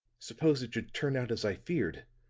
suppose it should turn out as i feared